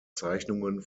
zeichnungen